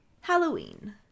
Halloween